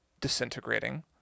disintegrating